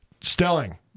Stelling